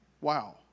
Wow